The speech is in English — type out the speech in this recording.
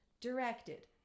directed